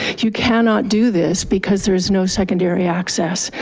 you cannot do this because there is no secondary access.